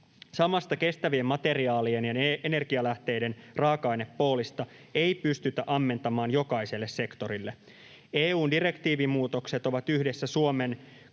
Samasta kestävien materiaalien ja energialähteiden raaka-ainepoolista ei pystytä ammentamaan jokaiselle sektorille. EU:n direktiivimuutokset ovat yhdessä Suomen